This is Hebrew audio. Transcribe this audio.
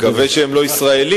אני מקווה שהם לא ישראלים,